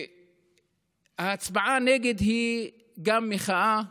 ההצבעה נגד היא גם מחאה,